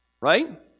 right